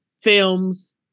films